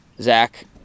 zach